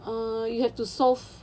ah you have to solve